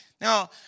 Now